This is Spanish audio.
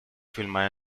filmada